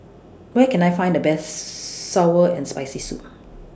Where Can I Find The Best Sour and Spicy Soup